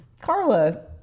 Carla